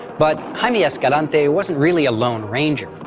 but jaime escalante wasn't really a lone ranger.